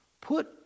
Put